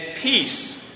peace